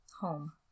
home